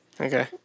okay